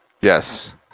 Yes